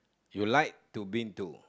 you like to been to